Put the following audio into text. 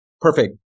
perfect